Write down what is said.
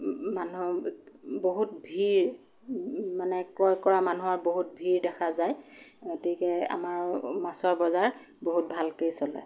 মানুহ বহুত ভিৰ মানে ক্ৰয় কৰা মানুহৰ বহুত ভিৰ দেখা যায় গতিকে আমাৰ মাছৰ বজাৰ বহুত ভালকৈয়ে চলে